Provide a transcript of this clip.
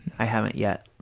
i haven't yet